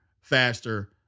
faster